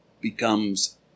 becomes